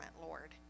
Lord